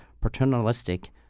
paternalistic